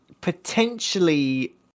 potentially